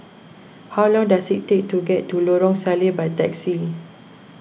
how long does it take to get to Lorong Salleh by taxi